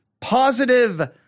Positive